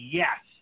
yes